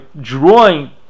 drawing